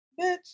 Bitch